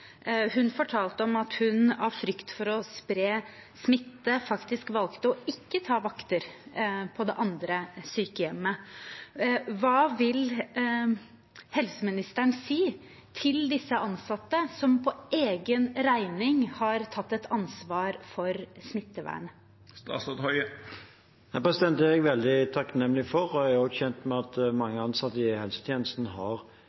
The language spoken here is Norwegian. Hun fortalte at hun av frykt for å spre smitte faktisk valgte ikke å ta vakter på det andre sykehjemmet. Hva vil helseministeren si til disse ansatte som for egen regning har tatt et ansvar for smittevernet? Det er jeg veldig takknemlig for, og jeg er også kjent med at mange ansatte i helsetjenesten har begrenset sin sosiale omgang sterkt siden i mars. Noen har